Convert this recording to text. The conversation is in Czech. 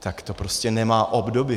tak to prostě nemá obdoby.